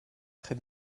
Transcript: très